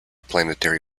planetary